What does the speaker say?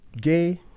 gay